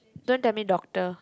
don't tell me doctor